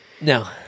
no